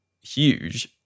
huge